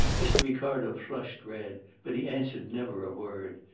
mr. ricardo flushed red, but he answered never a word.